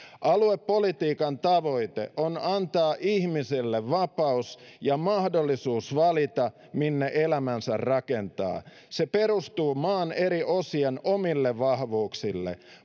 aluepolitiikan tavoite on antaa ihmisille vapaus ja mahdollisuus valita minne elämänsä rakentaa se perustuu maan eri osien omille vahvuuksille